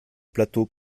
plateau